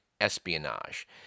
espionage